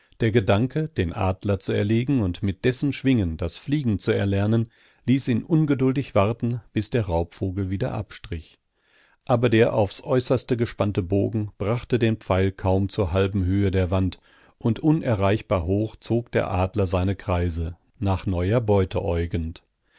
der gedanke den adler zu erlegen und mit dessen schwingen das fliegen zu erlernen ließ ihn geduldig warten bis der raubvogel wieder abstrich aber der aufs äußerste gespannte bogen brachte den pfeil kaum zur halben höhe der wand und unerreichbar hoch zog der adler seine kreise nach neuer beute